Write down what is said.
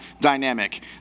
dynamic